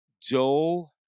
Joel